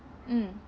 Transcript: mm